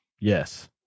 Yes